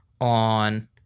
on